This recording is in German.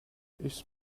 ich